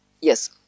Yes